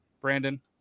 Brandon